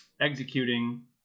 executing